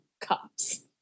cops